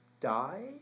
die